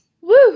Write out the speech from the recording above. Woo